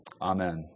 Amen